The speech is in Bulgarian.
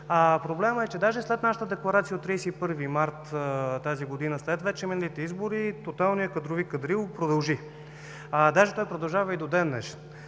Проблемът е, че даже след нашата декларация от 31 март тази година, след вече миналите избори тоталният кадрови кадрил продължи, даже той продължава и до ден